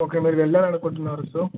okay మీరు వెళ్ళాలి అనుకుంటున్నారు సో